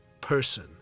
person